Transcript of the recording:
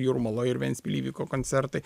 jūrmaloj ir ventspily vyko koncertai